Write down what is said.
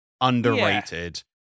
underrated